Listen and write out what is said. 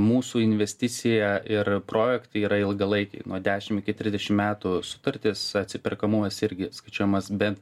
mūsų investicija ir projektai yra ilgalaikiai nuo dešim iki trisdešim metų sutartys atsiperkamumas irgi skaičiuojamas bent